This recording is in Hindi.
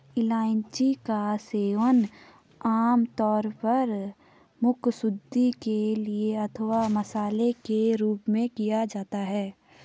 इलायची का सेवन आमतौर पर मुखशुद्धि के लिए अथवा मसाले के रूप में किया जाता है